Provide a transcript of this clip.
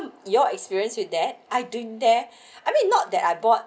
your experience with that I doing there I mean not that I bought